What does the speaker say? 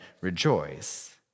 rejoice